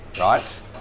right